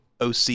OC